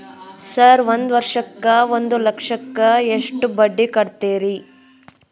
Sir ಒಂದು ವರ್ಷಕ್ಕ ಒಂದು ಲಕ್ಷಕ್ಕ ಎಷ್ಟು ಬಡ್ಡಿ ಕೊಡ್ತೇರಿ?